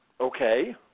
okay